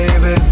baby